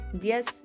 yes